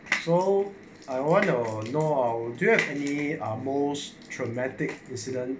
so I want to know our directly are most traumatic incident